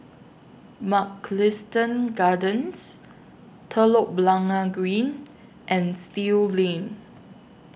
Mugliston Gardens Telok Blangah Green and Still Lane